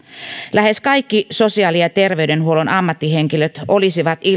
lähes kaikki sosiaali ja terveydenhuollon ammattihenkilöt olisivat